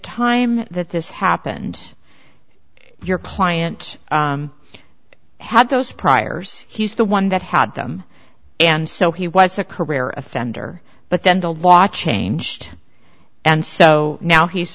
time that this happened your client had those priors he's the one that had them and so he was a career offender but then the law changed and so now he's